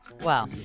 Wow